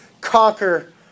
conquer